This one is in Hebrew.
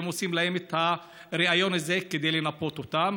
הם עושים להם את הריאיון הזה כדי לנפות אותם.